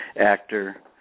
actor